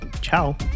Ciao